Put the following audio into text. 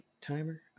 Timer